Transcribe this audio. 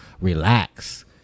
relax